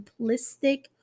simplistic